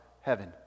heaven